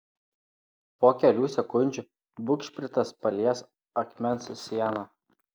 po kelių sekundžių bugšpritas palies akmens sieną